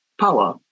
power